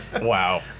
Wow